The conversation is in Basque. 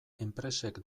enpresek